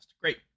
Great